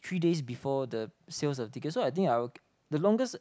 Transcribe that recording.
three days before the sales of ticket so I think I will the longest